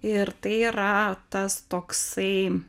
ir tai yra tas toksai